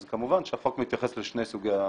אז כמובן שהחוק מתייחס לשני סוגי החוזים.